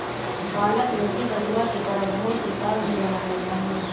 पालक मेथी बथुआ के तरह भोर के साग भी बनावल जाहई